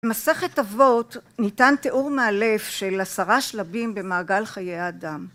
במסכת אבות ניתן תיאור מאלף של עשרה שלבים במעגל חיי האדם